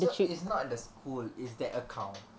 so it's not the school is that account